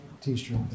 T-shirt